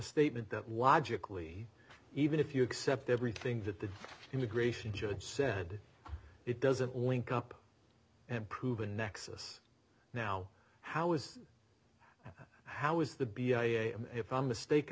statement that logically even if you accept everything that the immigration judge said it doesn't link up and prove a nexus now how is how is the b i am if i'm mistaken